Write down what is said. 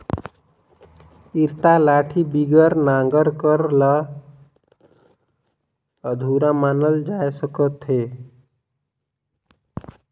इरता लाठी बिगर नांगर कर काम ल अधुरा मानल जाए सकत अहे